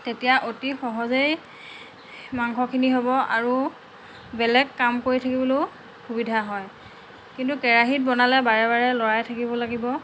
তেতিয়া অতি সহজেই মাংসখিনি হ'ব আৰু বেলেগ কাম কৰি থাকিবলৈও সুবিধা হয় কিন্তু কেৰাহীত বনালে বাৰে বাৰে লৰাই থাকিব লাগিব